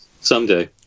someday